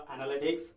analytics